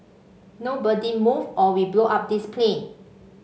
nobody move or we blow up this plane